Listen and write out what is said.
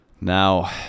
Now